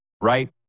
Right